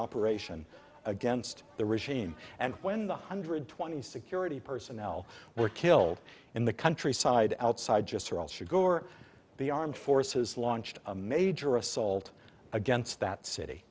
operation against the regime and when the hundred twenty security personnel were killed in the countryside outside just are all sure the armed forces launched a major assault against that city